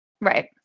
Right